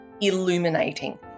illuminating